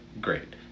great